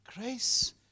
grace